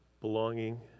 belonging